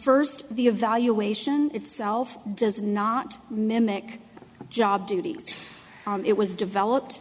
first the evaluation itself does not mimic job duties it was developed